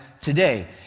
today